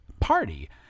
party